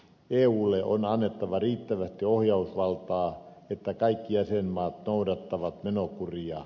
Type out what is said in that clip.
eulle on annettava riittävästi ohjausvaltaa että kaikki jäsenmaat noudattavat menokuria